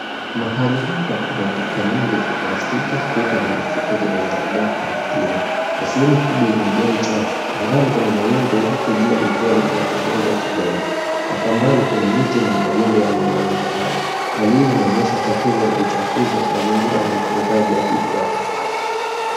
Mahali hapa kuna taka nyingi za plastiki, chupa na mifuko zimezagaa ardhini, na shimo kubwa imejaa uchafu. Angani kuna mawingu huku jua likiwa linachomoza kidogo, na kwa mbali kuna miti na majengo yanayoonekana. Hali hii inaonyesha tatizo la uchafuzi wa mazingira na utunzaji hafifu wa taka.